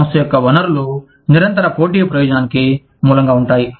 సంస్థ యొక్క వనరులు నిరంతర పోటీ ప్రయోజనానికి మూలంగా ఉంటాయి